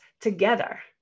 together